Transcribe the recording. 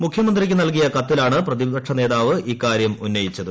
മുഖ്യമന്ത്രിക്ക് നൽകിയ കത്തിലാണ് പ്രതിക്ഷ നേതാവ് ഇക്കാര്യം ഉന്നയിച്ചത്